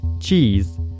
cheese